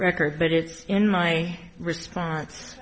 record but it's in my response